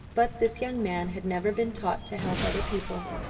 but this young man had never been taught to help other people,